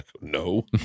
no